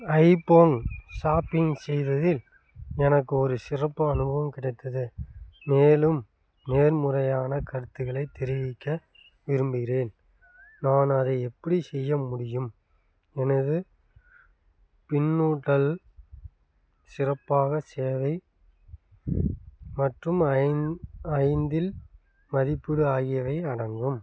ஐபோங் shopping செய்ததில் எனக்கு ஒரு சிறப்பு அனுபவம் கிடைத்தது மேலும் நேர்முறையான கருத்துக்களை தெரிவிக்க விரும்புகிறேன் நான் அதை எப்படி செய்ய முடியும் எனது பின்னூட்டல் சிறப்பான சேவை மற்றும் ஐந் ஐந்தில் மதிப்பீடு ஆகியவை அடங்கும்